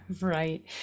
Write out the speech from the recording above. right